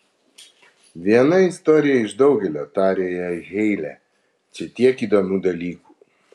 viena istorija iš daugelio tarė jai heile čia tiek įdomių dalykų